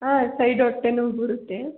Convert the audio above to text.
ಆಂ side ಹೊಟ್ಟೆ ನೋವು ಬರುತ್ತೆ